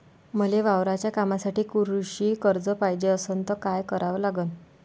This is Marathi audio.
मले वावराच्या कामासाठी कृषी कर्ज पायजे असनं त काय कराव लागन?